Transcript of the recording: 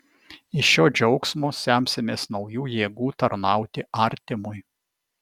iš šio džiaugsmo semsimės naujų jėgų tarnauti artimui